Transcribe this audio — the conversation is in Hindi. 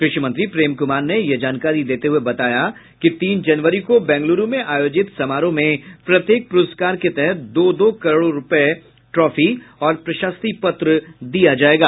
कृषि मंत्री प्रेम कुमार ने ये जानकारी देते हुये बताया कि तीन जनवरी को बेंगलुरू में आयोजित समारोह में प्रत्येक पुरस्कार के तहत दो दो करोड़ रूपये ट्रॉफी और प्रशस्ति पत्र दिया जायेगा